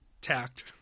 tact